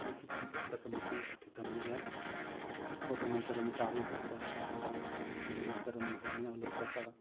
लिखितं पुस्तकमपि पठितं मया तदनन्तरं काव्यप्रकाशः तदनन्तरं ध्वन्यालोकः